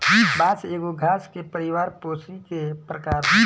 बांस एगो घास के परिवार पोएसी के प्रकार ह